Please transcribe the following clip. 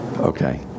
Okay